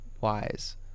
wise